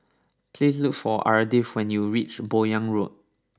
please look for Ardith when you reach Buyong Road